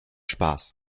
spaß